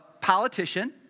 politician